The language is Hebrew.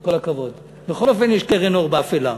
כל הכבוד, בכל אופן יש קרן אור באפלה.